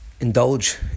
indulge